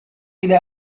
إلى